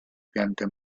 piante